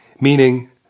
meaning